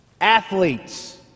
athletes